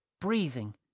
breathing